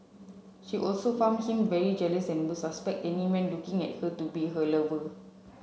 she also found him very jealous and would suspect any man looking at her to be her lover